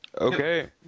Okay